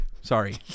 Sorry